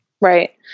Right